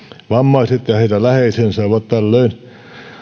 vammaiset ja heidän läheisensä ovat tällöin